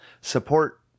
support